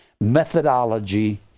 methodology